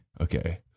Okay